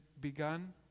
begun